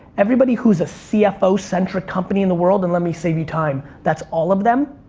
everybody who's a cfo-centric company in the world and, let me save you time, that's all of them,